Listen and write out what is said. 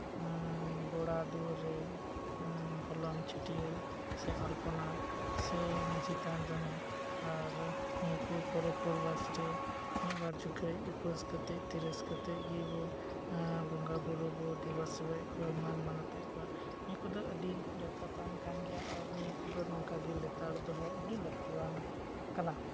ᱜᱚᱲᱟ ᱫᱩᱣᱟᱹᱨ ᱨᱮ ᱦᱚᱞᱚᱝ ᱪᱷᱤᱴᱠᱟᱹᱣ ᱥᱮ ᱟᱞᱯᱚᱱᱟ ᱥᱮ ᱢᱟᱺᱡᱷᱤ ᱛᱷᱟᱱ ᱨᱮᱦᱚᱸ ᱟᱨ ᱱᱤᱭᱟᱹ ᱠᱚ ᱯᱚᱨᱚᱵ ᱯᱚᱨᱵᱟᱥ ᱨᱮ ᱢᱤᱫᱵᱟᱨ ᱡᱚᱠᱷᱚᱱ ᱩᱯᱟᱹᱥ ᱠᱟᱛᱮᱫ ᱟᱹᱰᱤ ᱨᱟᱹᱥᱠᱟᱹ ᱛᱮᱜᱮ ᱵᱚᱸᱜᱟᱵᱩᱨᱩᱵᱚ ᱫᱮᱵᱟ ᱥᱮᱵᱟᱭᱮᱫ ᱠᱚᱣᱟ ᱢᱟᱹᱱ ᱢᱟᱱᱚᱛ ᱮᱫ ᱠᱚᱣᱟ ᱱᱤᱭᱟᱹ ᱠᱚᱫᱚ ᱟᱹᱰᱤ ᱡᱚᱛᱷᱟᱛ ᱟᱱ ᱠᱟᱱ ᱜᱮᱭᱟ ᱟᱨ ᱱᱤᱭᱟᱹ ᱠᱚᱫᱚ ᱱᱚᱝᱠᱟᱜᱮ ᱞᱮᱛᱟᱲ ᱫᱚᱦᱚ ᱟᱹᱰᱤ ᱞᱟᱹᱠᱛᱤᱭᱟᱱ ᱠᱟᱱᱟ